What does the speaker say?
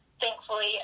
thankfully